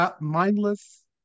mindless